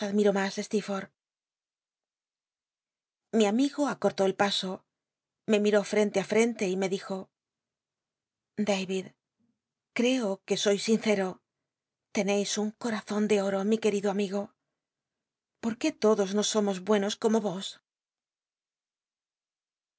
iii amigo acortó el paso me miró frente i frente y me dijo dayid cteo que sois oinccro leneis un corazon de oto mi queido amigo l'o qué todos no os somos buenos como y